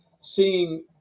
seeing